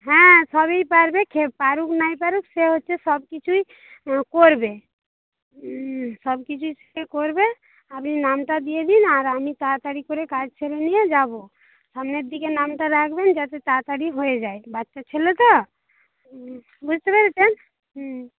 হ্যাঁ সবই পারবে পারুক নাই পারুক সে হচ্ছে সবকিছুই করবে সবকিছুই সে করবে আপনি নামটা দিয়ে দিন আর আমি তাড়াতাড়ি করে কাজ সেরে নিয়ে যাবো সামনের দিকে নামটা রাখবেন যাতে তাড়াতাড়ি হয়ে যায় বাচ্চা ছেলে তো বুঝতে পেরেছেন হুম